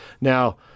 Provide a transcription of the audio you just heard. Now